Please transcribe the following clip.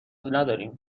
نداریم